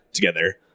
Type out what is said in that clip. together